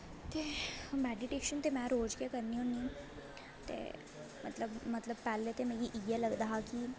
ते मैडिटेशन ते में रोज गै करनी होन्नी ते मतलब ते पैह्लें ते मिगी इ'यां लगदा हा कि